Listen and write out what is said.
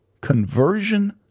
conversion